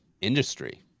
industry